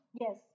Yes